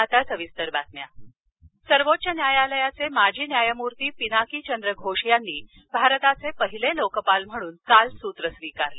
आता सविस्तर बातम्या लोकपाल सर्वोच्च न्यायालयातले माजी न्यायमूर्ती पिनाकीचंद्र घोष यांनी भारताचे पहिले लोकपाल म्हणून काल सूत्रं स्वीकारली